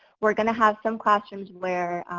we're gonna have some classrooms where,